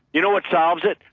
you know what solves it?